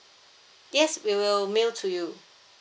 yes we will mail to you